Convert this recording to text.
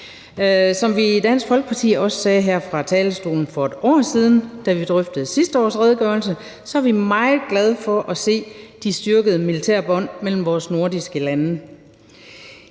er vi, hvad vi også sagde her fra talerstolen for 1 år siden, da vi drøftede sidste års redegørelse, meget glade for at se de styrkede militære bånd mellem vores nordiske lande.